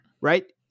right